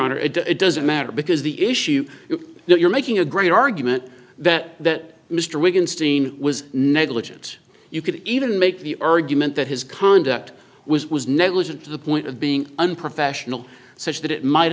honor it doesn't matter because the issue you know you're making a great argument that that mr wiggins teen was negligent you could even make the argument that his conduct was was negligent to the point of being unprofessional such that it might